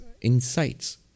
insights